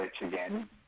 again